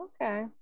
Okay